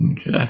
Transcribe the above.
Okay